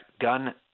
gun